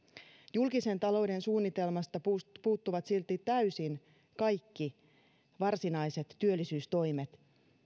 julkisen talouden suunnitelmasta puuttuvat puuttuvat silti täysin kaikki varsinaiset työllisyystoimet